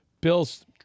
Bills